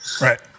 Right